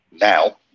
now